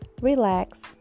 relax